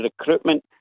recruitment